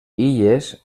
illes